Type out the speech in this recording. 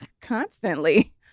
constantly